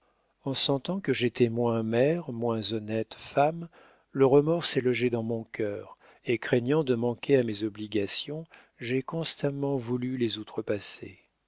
en sentant que j'étais moins mère moins honnête femme le remords s'est logé dans mon cœur et craignant de manquer à mes obligations j'ai constamment voulu les outrepasser